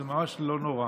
וזה ממש לא נורא.